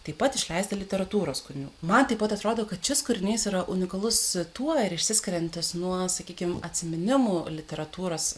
taip pat išleista literatūros kūrinių man taip pat atrodo kad šis kūrinys yra unikalus tuo ir išsiskiriantis nuo sakykim atsiminimų literatūros